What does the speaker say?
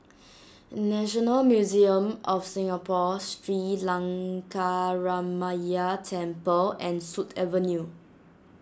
National Museum of Singapore Sri Lankaramaya Temple and Sut Avenue